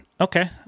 okay